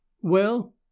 Well